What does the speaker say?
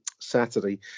Saturday